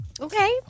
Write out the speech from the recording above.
Okay